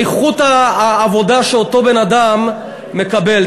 איכות העבודה שאותו בן-אדם מקבל.